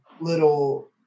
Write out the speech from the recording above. little